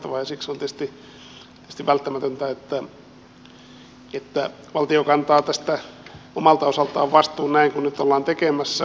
siksi on tietysti välttämätöntä että valtio kantaa tästä omalta osaltaan vastuun näin kuin nyt ollaan tekemässä